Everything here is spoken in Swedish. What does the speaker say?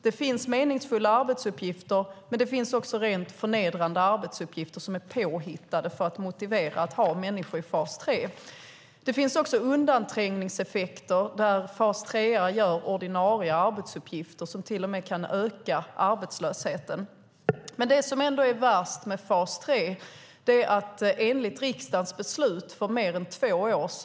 Det finns meningsfulla arbetsuppgifter, men det finns också rent förnedrande arbetsuppgifter som är påhittade för att motivera att ha människor i fas 3. Det finns också undanträngningseffekter, där fas 3:are gör ordinarie arbetsuppgifter, som till och med kan öka arbetslösheten. Men det som ändå är värst med fas 3 är att riksdagens beslut för mer än två år sedan inte har följts.